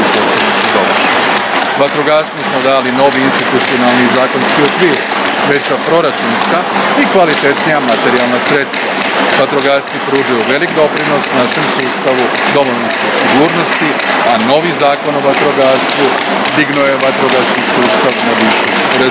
Vatrogastvu smo dali novi institucionalni i zakonski okvir, veća proračunska i kvalitetnija materijalna sredstva. Vatrogasci pružaju velik doprinos našem sustavu domovinske sigurnosti, a novi Zakon o vatrogastvu dignuo je vatrogasni sustav na višu razinu.